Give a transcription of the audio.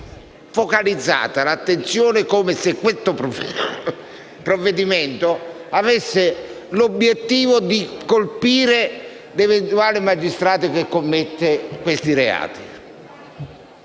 focalizzata l'attenzione come se questo provvedimento avesse l'obiettivo di colpire l'eventuale magistrato che commettesse questi reati.